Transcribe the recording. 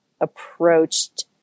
approached